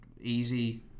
easy